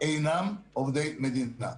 אינם עובדי מדינה.